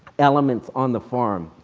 elements on the farm.